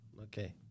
Okay